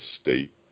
state